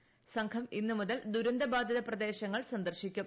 കേന്ദ്ര സംഘം ഇന്ന് മുതൽ ദുരന്തബാധിത പ്രദേശങ്ങൾ സന്ദർശിക്കും